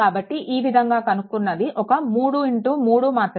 కాబట్టి ఈ విధంగా కనుకున్నది ఒక్క 33 మాతృక